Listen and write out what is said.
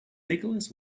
nicholas